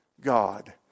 God